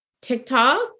TikTok